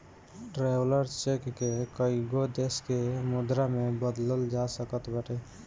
traveller cheque के कईगो देस के मुद्रा में बदलल जा सकत बाटे